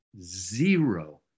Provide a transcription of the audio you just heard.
zero